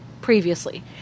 previously